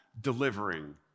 delivering